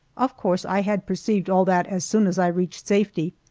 of course i had perceived all that as soon as i reached safety,